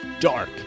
dark